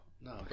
No